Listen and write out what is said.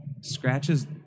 scratches